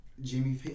Jimmy